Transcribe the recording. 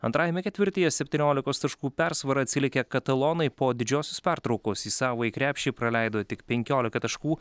antrajame ketvirtyje septyniolikos taškų persvara atsilikę katalonai po didžiosios pertraukos į savąjį krepšį praleido tik penkiolika taškų